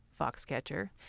Foxcatcher